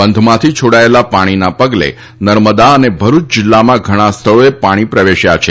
બંધમાંથી છોડાયેલા પાણીના પગલે નર્મદા અને ભરૂચ જિલ્લામાં ઘણા સ્થળોએ પાણી પ્રવેશ્યા છે